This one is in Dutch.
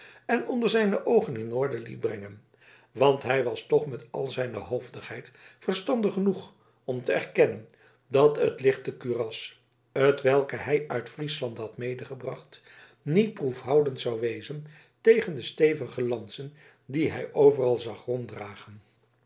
en onder zijne oogen in orde liet brengen want hij was toch met al zijne hoofdigheid verstandig genoeg om te erkennen dat het lichte kuras hetwelk hij uit friesland had medegebracht niet proefhoudend zou wezen tegen de stevige lansen die hij overal zag